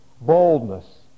boldness